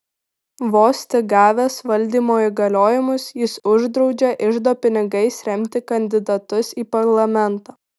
vos tik gavęs valdymo įgaliojimus jis uždraudžia iždo pinigais remti kandidatus į parlamentą